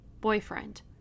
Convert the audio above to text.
boyfriend